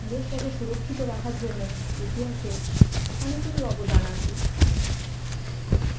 দেশটাকে সুরক্ষিত রাখার জন্যে ইতিহাসে অনেকেরই অবদান আছে